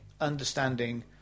understanding